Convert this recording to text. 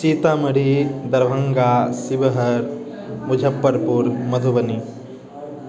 Sitamarhi Darbhanga Sheohar Muzaffarpur Madhubani